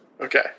Okay